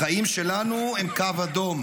החיים שלנו הם קו אדום.